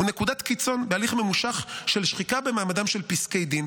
הוא נקודת קיצון בהליך ממושך של שחיקה במעמדם של פסקי דין